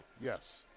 Yes